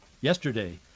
yesterday